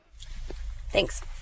Thanks